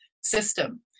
system